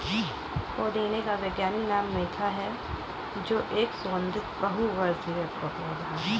पुदीने का वैज्ञानिक नाम मेंथा है जो एक सुगन्धित बहुवर्षीय पौधा है